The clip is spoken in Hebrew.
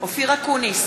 אופיר אקוניס,